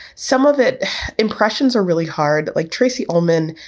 some of it impressions are really hard, like tracey ullman,